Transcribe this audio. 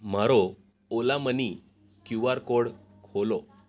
મારો Ola Money QR code ખોલો